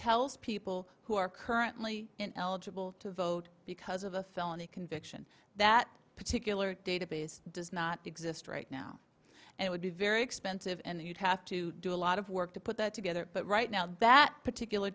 tells people who are currently eligible to vote because of a felony conviction that particular database does not exist right now and it would be very expensive and you'd have to do a lot of work to put that together but right now that particular